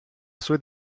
sue